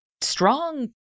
strong